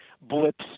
blips